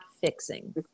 fixing